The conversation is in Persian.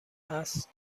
است